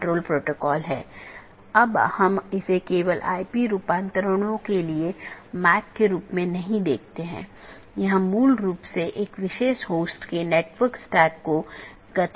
इसलिए EBGP साथियों के मामले में जब हमने कुछ स्लाइड पहले चर्चा की थी कि यह आम तौर पर एक सीधे जुड़े नेटवर्क को साझा करता है